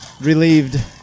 relieved